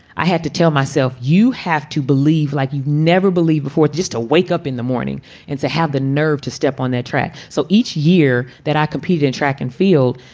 i had to tell myself, you have to believe like you've never believed before. just to wake up in the morning and to have the nerve to step on their track. so each year that i compete in track and field,